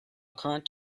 current